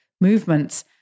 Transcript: movements